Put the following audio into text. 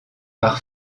par